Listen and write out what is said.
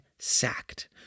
Sacked